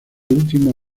último